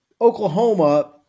Oklahoma